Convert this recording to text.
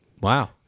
Wow